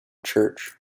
church